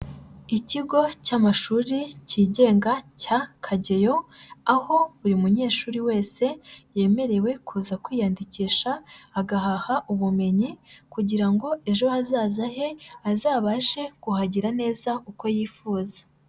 Ikigo cy'amashuri kigenga cya Kageyo, aho buri munyeshuri wese yemerewe kuza kwiyandikisha agahaha ubumenyi kugira ejo hazaza he azabashe kuhagera neza uko yifuza.